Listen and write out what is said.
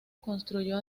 construyó